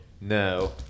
No